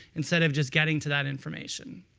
instead of just getting to that information.